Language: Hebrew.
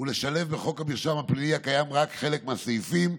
ולשלב בחוק המרשם הפלילי הקיים רק חלק מהסעיפים,